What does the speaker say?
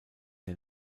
der